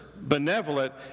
benevolent